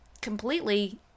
completely